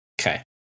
Okay